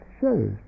shows